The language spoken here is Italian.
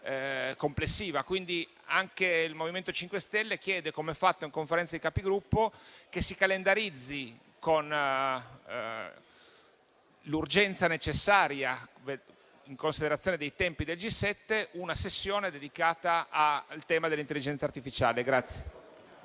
complessiva. Pertanto, anche il MoVimento 5 Stelle chiede, come fatto in Conferenza dei Capigruppo, che si calendarizzi con l'urgenza necessaria, in considerazione dei tempi del G7, una sessione dedicata al tema dell'intelligenza artificiale.